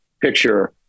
picture